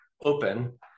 open